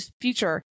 future